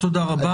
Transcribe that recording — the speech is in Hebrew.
תודה רבה.